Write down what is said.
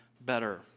better